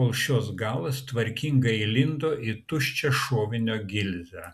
kol šios galas tvarkingai įlindo į tuščią šovinio gilzę